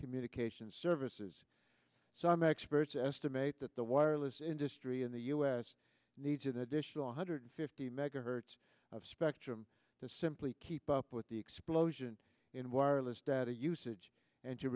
communications services so i'm experts estimate that the wireless industry in the us needs with additional one hundred fifty mega her of spectrum to simply keep up with the explosion in wireless data usage and to